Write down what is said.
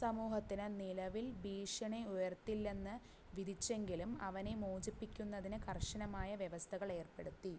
സമൂഹത്തിന് നിലവിൽ ഭീഷണി ഉയർത്തില്ലെന്ന് വിധിച്ചെങ്കിലും അവനെ മോചിപ്പിക്കുന്നതിന് കർശനമായ വ്യവസ്ഥകൾ ഏർപ്പെടുത്തി